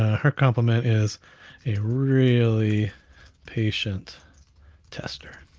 ah her compliment is a really patient tester.